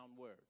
word